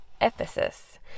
Ephesus